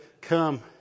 come